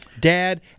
dad